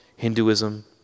Hinduism